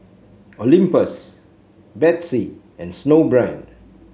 Olympus Betsy and Snowbrand